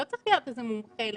לא צריך להיות איזה מומחה לחינוך,